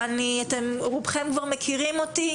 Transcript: רובכם כבר מכירים אותי,